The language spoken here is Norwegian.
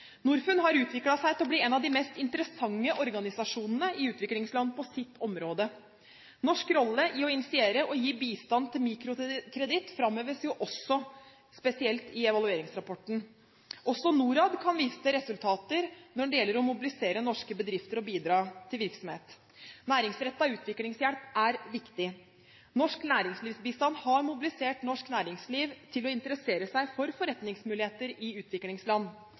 Norfund har utviklet seg til å bli en av de mest interessante organisasjonene i utviklingsland på sitt område. Norsk rolle i å initiere og gi bistand til mikrokreditt framheves også spesielt i evalueringsrapporten. Også Norad kan vise til resultater når det gjelder å mobilisere norske bedrifter og bidra til virksomhet. Næringsrettet utviklingshjelp er viktig. Norsk næringslivsbistand har mobilisert norsk næringsliv til å interessere seg for forretningsmuligheter i utviklingsland.